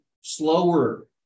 slower